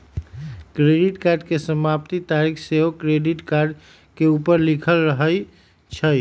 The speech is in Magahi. क्रेडिट कार्ड के समाप्ति तारिख सेहो क्रेडिट कार्ड के ऊपर लिखल रहइ छइ